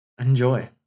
enjoy